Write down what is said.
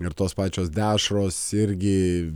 ir tos pačios dešros irgi